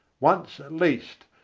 once at least,